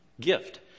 gift